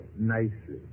nicely